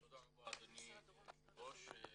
תודה רבה אדוני היושב ראש,